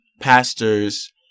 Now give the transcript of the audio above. pastors